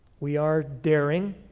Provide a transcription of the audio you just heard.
we are daring.